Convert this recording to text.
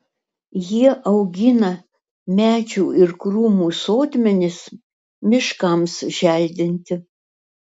jie augina medžių ir krūmų sodmenis miškams želdinti